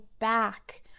back